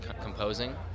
composing